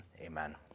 amen